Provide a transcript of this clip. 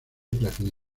platino